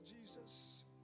Jesus